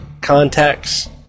contacts